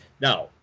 now